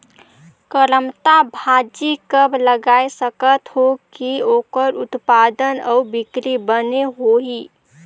करमत्ता भाजी कब लगाय सकत हो कि ओकर उत्पादन अउ बिक्री बने होही?